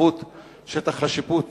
התרחבות שטח השיפוט